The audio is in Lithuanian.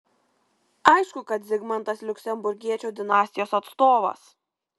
aišku kad zigmantas liuksemburgiečių dinastijos atstovas